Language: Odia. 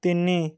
ତିନି